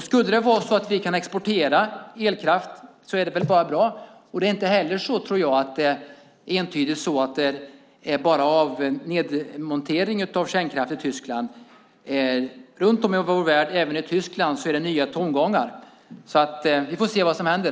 Skulle det vara så att vi kan exportera elkraft är det väl bara bra. Inte heller är det entydigt bara fråga om en nedmontering av kärnkraften i Tyskland. Runt om i världen, även i Tyskland, är det nya tongångar, så vi får se vad som händer.